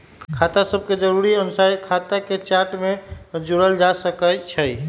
खता सभके जरुरी अनुसारे खता के चार्ट में जोड़ल जा सकइ छै